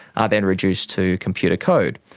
are then reduced to computer code,